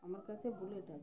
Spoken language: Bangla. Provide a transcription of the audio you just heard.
আমার কাছে বুলেট আছে